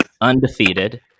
undefeated